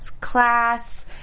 class